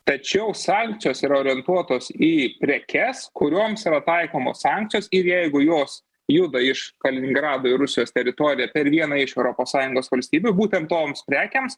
tačiau sankcijos yra orientuotos į prekes kurioms yra taikomos sankcijos ir jeigu jos juda iš kaliningrado į rusijos teritoriją per vieną iš europos sąjungos valstybių būtent toms prekėms